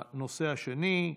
הנושא השני: